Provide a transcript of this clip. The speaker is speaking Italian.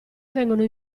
vengono